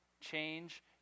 change